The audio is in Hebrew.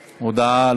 נתקבלה.